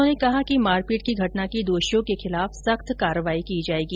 उन्होंने कहा कि मारपीट की घटना के दोषियों के खिलाफ सख्त कार्यवाही की जाएगी